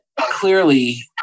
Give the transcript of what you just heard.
clearly